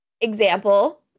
example